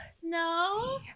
snow